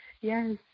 Yes